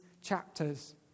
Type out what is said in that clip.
chapters